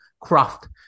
craft